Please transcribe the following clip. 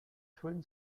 twin